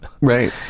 Right